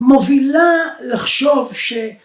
‫מובילה לחשוב ש...